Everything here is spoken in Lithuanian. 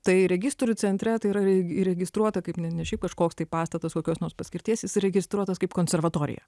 tai registrų centre tai yra įregistruota kaip ne šiaip kažkoks pastatas kokios nors paskirties jis įregistruotas kaip konservatorija